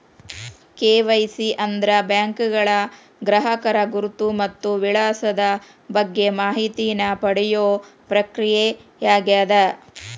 KYC ಅಂದ್ರ ಬ್ಯಾಂಕ್ಗಳ ಗ್ರಾಹಕರ ಗುರುತು ಮತ್ತ ವಿಳಾಸದ ಬಗ್ಗೆ ಮಾಹಿತಿನ ಪಡಿಯೋ ಪ್ರಕ್ರಿಯೆಯಾಗ್ಯದ